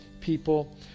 people